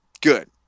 Good